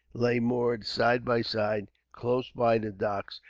lay moored side by side, close by the docks,